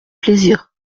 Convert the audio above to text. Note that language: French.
plaisir